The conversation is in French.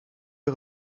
est